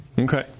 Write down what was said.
Okay